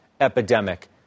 epidemic